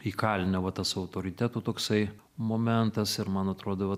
įkalinę va tas autoritetų toksai momentas ir man atrodo vat